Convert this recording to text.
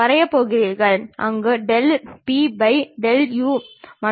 உதாரணமாக அதை நாம் தாளில் வரைவோம்